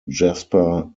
jasper